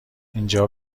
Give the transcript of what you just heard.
اینجا